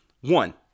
One